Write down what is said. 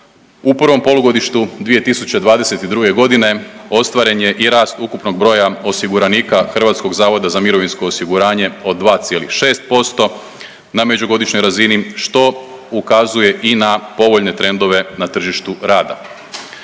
U prvom polugodištu 2022. godine ostvaren je i rast ukupnog broja osiguranika HZMO-a od 2,6% na međugodišnjoj razini što ukazuje i na povoljne trendove na tržištu rada.